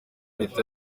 leta